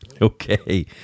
Okay